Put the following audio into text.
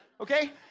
okay